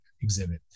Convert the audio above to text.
exhibit